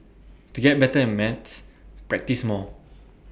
to get better at maths practise more